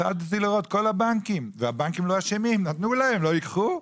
כל הבנקים, והבנקים לא אשמים, נתנו להם, לא ייקחו?